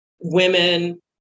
women